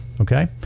okay